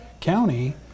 county